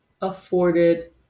afforded